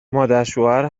مادرشوهر